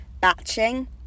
batching